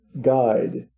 Guide